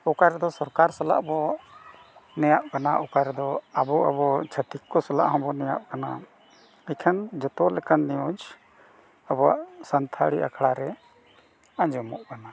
ᱚᱠᱟ ᱨᱮᱫᱚ ᱥᱚᱨᱠᱟᱨ ᱥᱟᱞᱟᱜ ᱵᱚᱱ ᱱᱮᱭᱟᱜ ᱠᱟᱱᱟ ᱚᱠᱟ ᱨᱮᱫᱚ ᱟᱵᱚ ᱟᱵᱚ ᱡᱷᱟᱹᱛᱤᱠ ᱠᱚ ᱥᱟᱞᱟᱜ ᱦᱚᱸᱵᱚᱱ ᱱᱮᱭᱟᱜ ᱠᱟᱱᱟ ᱤᱠᱷᱟᱹᱱ ᱡᱷᱚᱛᱚ ᱞᱮᱠᱟᱱ ᱱᱤᱭᱩᱡᱽ ᱟᱵᱚᱣᱟᱜ ᱥᱟᱱᱛᱟᱲᱤ ᱟᱠᱷᱲᱟ ᱨᱮ ᱟᱸᱡᱚᱢᱚᱜ ᱠᱟᱱᱟ